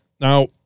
Now